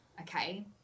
okay